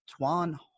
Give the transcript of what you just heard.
Tuan